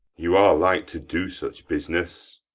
you are like to do such business.